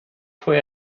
fuhr